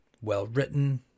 well-written